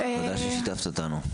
תודה ששיתפת אותנו.